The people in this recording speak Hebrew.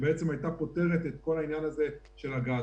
שהייתה פותרת את כל העניין של הגעתון,